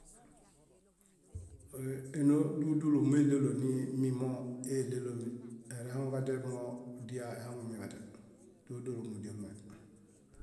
Énoodulu dúlu méɭelo nimino éɭelomi, eerehaŋuġadial modia ehaŋumiġadial dúlu dúlu mudialie.